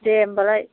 दे होमब्लालाय